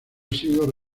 sido